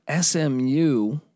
SMU